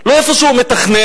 לא איפה שהוא מתכנן,